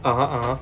(uh huh) (uh huh)